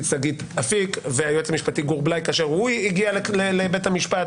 שגית אפיק והיועץ המשפטי גור בליי כאשר הוא הגיע לבית המשפט